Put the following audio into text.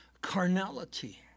carnality